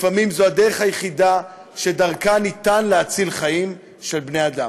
לפעמים זו הדרך היחידה שניתן להציל חיים של בני-אדם.